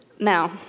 Now